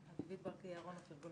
ארגון